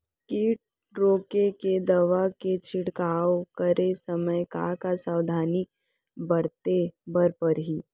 किट रोके के दवा के छिड़काव करे समय, का का सावधानी बरते बर परही?